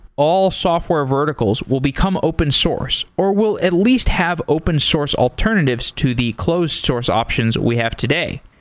all software verticals will become open source or will at least have open source alternatives to the closed source options we have today,